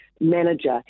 manager